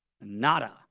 nada